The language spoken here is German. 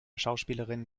schauspielerin